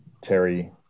Terry